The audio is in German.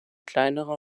kleinere